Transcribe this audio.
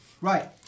Right